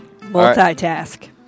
Multitask